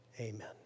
Amen